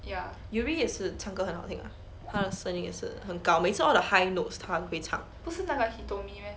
ya yuri 也是唱歌很好听 lah 他的声音也是很高每次 all the high notes 她都会唱